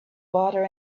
water